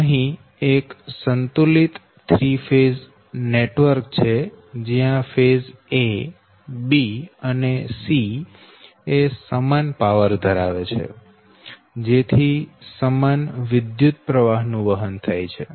અહી એક સંતુલિત 3 ફેઝ નેટવર્ક છે જ્યા ફેઝ a ફેઝ b અને ફેઝ c એ સમાન પાવર ધરાવે છે જેથી સમાન વિદ્યુતપ્રવાહ નું વહન થાય છે